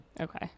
Okay